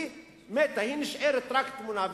היא מתה, היא נשארת רק תמונה.